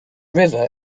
river